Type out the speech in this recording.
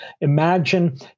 Imagine